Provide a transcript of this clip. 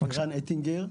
במשרד החקלאות.